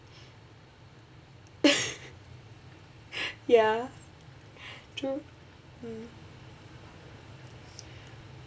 ya true mm